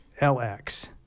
LX